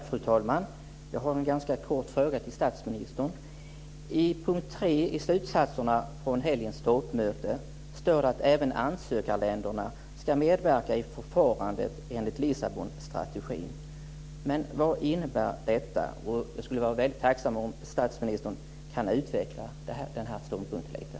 Fru talman! Jag har en ganska kort fråga till statsministern. I punkt 3 i slutsatserna från helgens toppmöte står det att även ansökarländerna ska medverka i förfarandet enligt Lissabonstrategin. Vad innebär detta? Jag skulle vara tacksam om statsministern kunde utveckla den ståndpunkten.